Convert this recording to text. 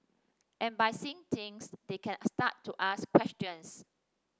and by seeing things they can start to ask questions